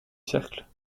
cercle